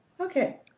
Okay